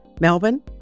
melbourne